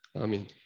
Amen